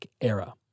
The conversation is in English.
era